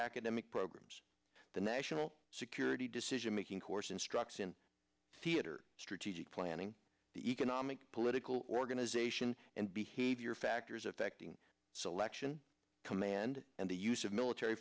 academic programs the national security decision making course instructs in theater strategic planning the economic political organization and behavior factors affecting selection command and the use of military